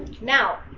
Now